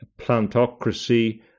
plantocracy